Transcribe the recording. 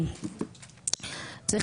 צריך